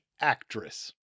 actress